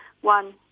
One